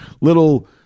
little